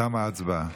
תמה ההצבעה.